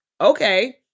Okay